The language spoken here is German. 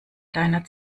deiner